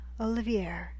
Olivier